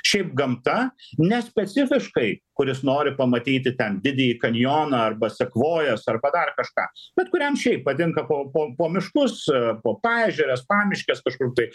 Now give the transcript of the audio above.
šiaip gamta ne specifiškai kuris nori pamatyti ten didįjį kanjoną arba sekvojas arba dar kažką bet kuriam šiaip patinka po po po miškus po paežeres pamiškes kažkur tai